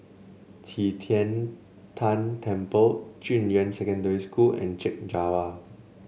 Qi Tian Tan Temple Junyuan Secondary School and Chek Jawa